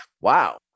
wow